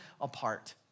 apart